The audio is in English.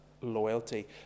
loyalty